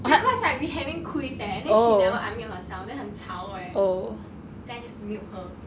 because right we having quiz eh then she never unmute herself 很吵 eh then I just mute her